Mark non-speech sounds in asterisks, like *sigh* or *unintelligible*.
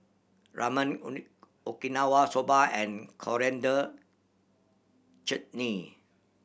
Ramen *unintelligible* Okinawa Soba and Coriander Chutney